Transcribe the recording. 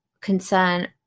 concern